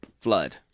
Flood